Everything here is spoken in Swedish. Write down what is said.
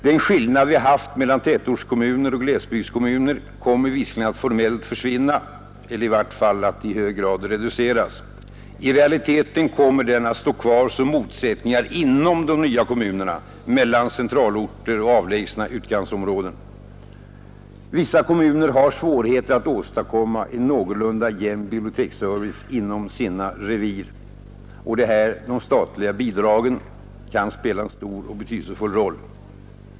Den skillnad vi haft mellan tätortskommuner och glesbygdskommuner kommer visserligen formellt att försvinna eller i vart fall att i hög grad reduceras, men i realiteten kommer den att stå kvar som motsättningar inom de nya kommunerna — motsättningar mellan centralorter och avlägsna utkantsområden. Vissa kommuner har svårigheter att åstadkomma en någorlunda jämn biblioteksservice inom sina revir, och det är här de statliga bidragen kan spela en stor och betydelsefull roll.